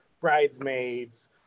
Bridesmaids